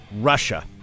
Russia